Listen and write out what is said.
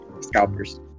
scalpers